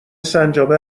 سنجابه